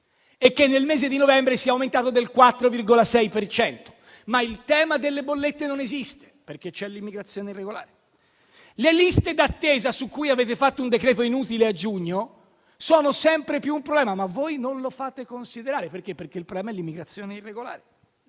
e come nel mese di novembre siano aumentate del 4,6 per cento. Ma il tema delle bollette non esiste, perché c'è l'immigrazione irregolare. Le liste d'attesa, su cui avete fatto un decreto inutile a giugno, sono sempre più un problema. Ma voi non lo fate considerare, perché il problema è l'immigrazione irregolare.